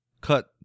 cut